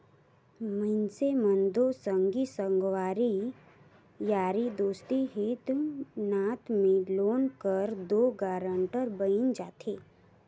मइनसे मन दो संगी संगवारी यारी दोस्ती हित नात में लोन कर दो गारंटर बइन जाथे